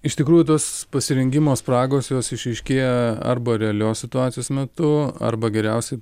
iš tikrųjų tos pasirengimo spragos jos išryškėja arba realios situacijos metu arba geriausiai